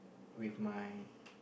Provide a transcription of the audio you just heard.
with my